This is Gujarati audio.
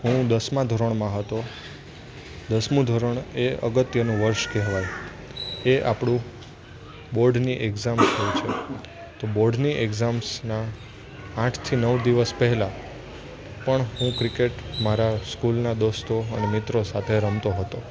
હું દસમાં ધોરણમાં હતો દસમું ધોરણ એ અગત્યનું વર્ષ કહેવાય એ આપણું બોર્ડની એક્ઝામ હોય છે તો બોર્ડની એક્ઝામ્સના આઠથી નવ દિવસ પહેલા પણ હું ક્રિકેટ મારા સ્કૂલના દોસ્તો અને મિત્રો સાથે રમતો હતો